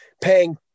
paying